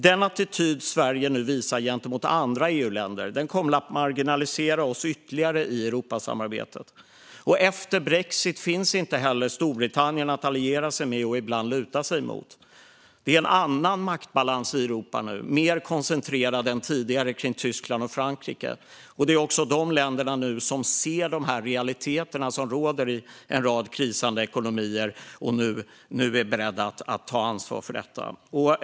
Den attityd Sverige nu visar gentemot andra EU-länder kommer att marginalisera oss ytterligare i Europasamarbetet. Efter brexit finns inte heller Storbritannien att alliera sig med och ibland luta sig mot. Det är en annan maktbalans i Europa nu, mer koncentrerad än tidigare kring Tyskland och Frankrike. Det är också de länderna som ser de realiteter som råder i en rad krisande ekonomier och nu är beredda att ta ansvar för detta.